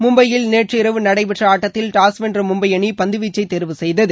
மும்பையில் நேற்று இரவு நடைபெற்ற ஆட்டத்தில் டாஸ் வென்ற மும்பை அணி பந்து வீச்சை தேர்வு செய்தது